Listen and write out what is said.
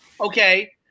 okay